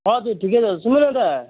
हजुर ठिकै छ सुन न यता